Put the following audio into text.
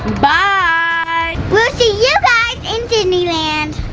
bye! we'll see you guys in disneyland.